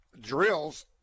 drills